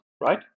right